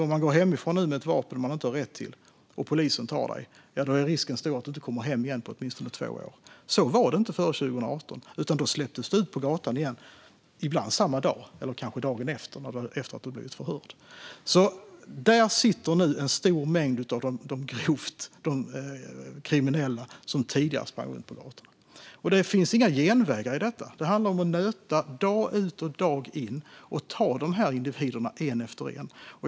Om man går hemifrån nu med ett vapen som man inte har rätt till och polisen tar en är risken stor att man inte kommer hem igen på åtminstone två år. Så var det inte före 2018, utan då släpptes man ut på gatan igen, ibland samma dag eller kanske dagen efter att man blivit förhörd. Nu sitter alltså en stor mängd av de grovt kriminella som tidigare sprang runt på gatorna i buren. Det finns inga genvägar i detta. Det handlar om att nöta dag ut och dag in och ta dessa individer en efter en.